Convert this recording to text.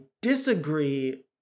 disagree